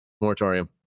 moratorium